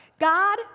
God